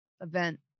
event